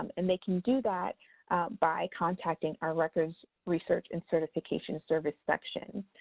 um and they can do that by contacting our records research and certification service section.